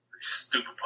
stupid